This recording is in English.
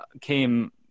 came